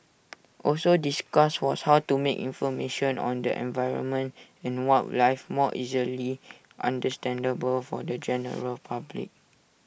also discussed was how to make information on the environment and wildlife more easily understandable for the general public